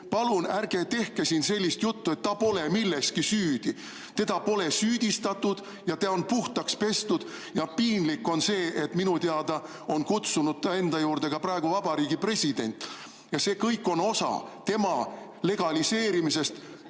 palun ärge tehke siin sellist juttu, et ta pole milleski süüdi. Teda pole süüdistatud ja ta on puhtaks pestud. Piinlik on see, et minu teada on Vabariigi President kutsunud ta praegu ka enda juurde. Ja see kõik on osa tema legaliseerimiseks